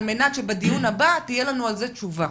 על מנת שבדיון הבא תהיה לנו על זה תשובה.